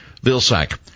Vilsack